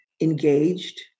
engaged